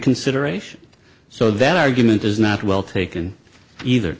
reconsideration so that argument is not well taken either